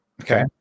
Okay